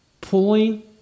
Pulling